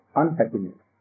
unhappiness